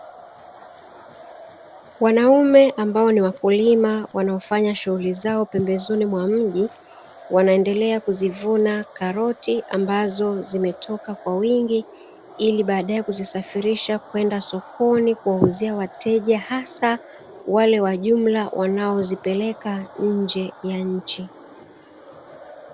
Wanaume ambao ni wakulima wanaofanya shughuli zao pembezoni mwa mji, wanaendelea kuzivuna karoti ambazo zimetoka kwa wingi, ili baadaye kuzisafirisha kwenda sokoni kuwauzia wateja, hasa wale wa jumla wanaozipeleka nje ya nchi.